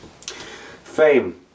Fame